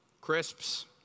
Crisps